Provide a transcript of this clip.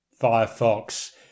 Firefox